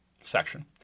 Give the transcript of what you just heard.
section